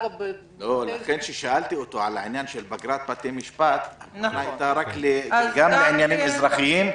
לכן כששאלתי אותו על פגרת בתי המשפט הכוונה הייתה גם לעניינים אזרחיים,